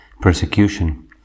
persecution